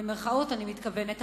במירכאות אני מתכוונת,